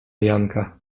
janka